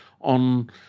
on